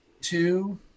Two